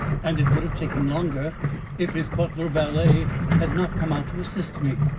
and it would have taken longer if his butler-valet had not come out to assist me.